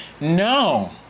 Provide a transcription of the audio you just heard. no